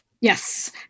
Yes